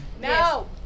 No